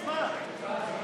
טוב, למדתי.